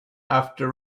after